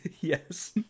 Yes